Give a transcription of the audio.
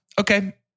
Okay